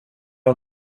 och